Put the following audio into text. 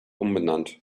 umbenannt